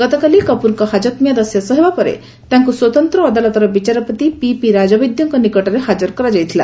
ଗତକାଲି କପୁରଙ୍କ ହାକତ ମିଆଦ ଶେଷ ହେବା ପରେ ତାଙ୍କୁ ସ୍ୱତନ୍ତ୍ର ଅଦାଲତର ବିଚାରପତି ପିପି ରାଜବୈଦ୍ୟଙ୍କ ନିକଟରେ ହାଜର କରାଯାଇଥିଲା